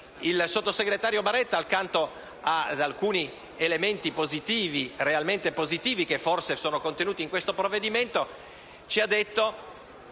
Il sottosegretario Baretta, illustrando alcuni elementi realmente positivi, che forse sono contenuti in questo provvedimento, ci ha detto